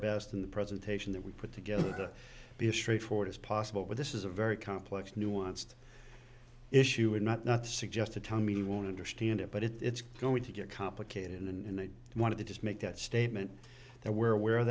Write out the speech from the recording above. best in the presentation that we put together to be straightforward as possible but this is a very complex nuanced issue or not not to suggest to tommy won't understand it but it's going to get complicated and they wanted to just make that statement that we're aware